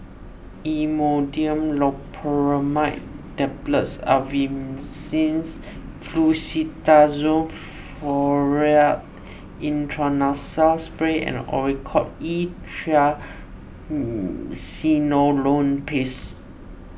Imodium Loperamide Tablets Fluticasone Furoate Intranasal Spray and Oracort E Triamcinolone Paste